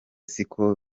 siko